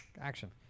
action